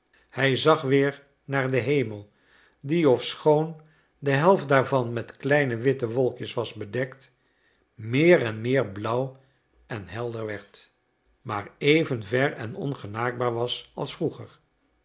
hij zag weer naar den hemel die ofschoon de helft daarvan met kleine witte wolkjes was bedekt meer en meer blauw en helder werd maar even ver en ongenaakbaar was als vroeger